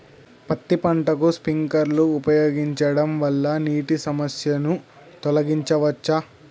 పత్తి పంటకు స్ప్రింక్లర్లు ఉపయోగించడం వల్ల నీటి సమస్యను తొలగించవచ్చా?